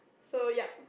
so yup